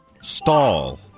stall